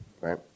right